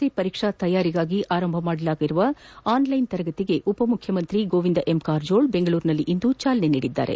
C ಪರೀಕ್ಷಾ ತಯಾರಿಗಾಗಿ ಆರಂಭಿಸಿರುವ ಆನ್ಲೈನ್ ತರಗತಿಗೆ ಉಪಮುಖ್ಯಮಂತ್ರಿ ಗೋವಿಂದ ಎಂ ಕಾರಜೋಳ್ ಬೆಂಗಳೂರಿನಲ್ಲಿಂದು ಚಾಲನೆ ನೀದಿದರು